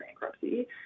bankruptcy